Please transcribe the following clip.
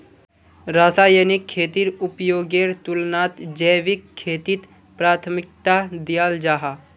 रासायनिक खेतीर उपयोगेर तुलनात जैविक खेतीक प्राथमिकता दियाल जाहा